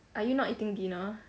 are you not eating dinner